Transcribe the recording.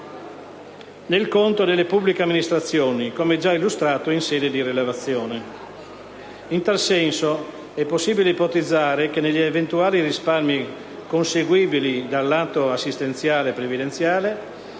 nel conto delle pubbliche amministrazioni, come già illustrato in sede di relazione. In tal senso, è possibile ipotizzare che gli eventuali risparmi conseguibili dal lato assistenziale e previdenziale